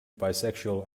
bisexual